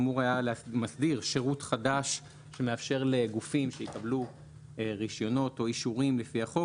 מסדיר שירות חדש שמאפשר לגופים שיקבלו רישיונות או אישורים לפי החוק,